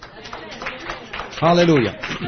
Hallelujah